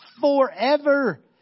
forever